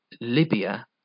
Libya